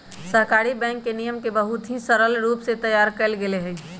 सहकारी बैंक के नियम के बहुत ही सरल रूप से तैयार कइल गैले हई